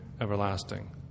everlasting